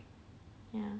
ya